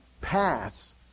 pass